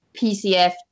PCF